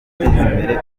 imbere